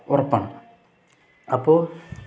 ഉറപ്പാണ് അപ്പോൾ